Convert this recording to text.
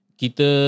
kita